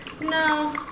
No